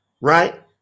right